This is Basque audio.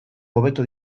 hobetu